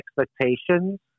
expectations